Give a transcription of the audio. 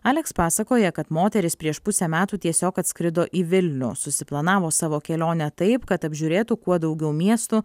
aleks pasakoja kad moteris prieš pusę metų tiesiog atskrido į vilnių susiplanavo savo kelionę taip kad apžiūrėtų kuo daugiau miestų